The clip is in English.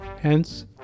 Hence